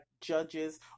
judges